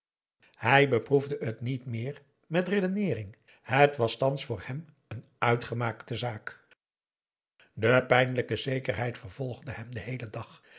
hij beproefde het niet meer met redeneering het was thans voor hem een uitgemaakte zaak de pijnlijke zekerheid vervolgde hem den heelen dag